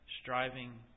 striving